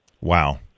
Wow